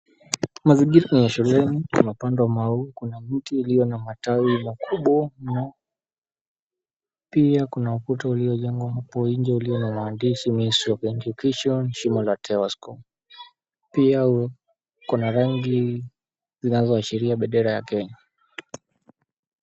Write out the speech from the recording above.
Mazungumzo ya shuleni yamepandwa maua, kuna mti iliyo na matawi makubwa mno. Pia kuna ukuta uliojengwa hapo nje ulio na maandishi, Benki, kesho, Shimo La Tewa School. Pia kuna rangi zinazoashiria bendera ya Kenya.